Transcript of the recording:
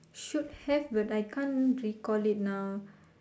should have but I can't recall it now